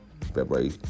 February